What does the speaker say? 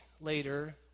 later